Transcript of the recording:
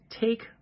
take